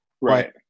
Right